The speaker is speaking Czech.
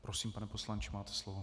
Prosím, pane poslanče, máte slovo.